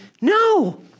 No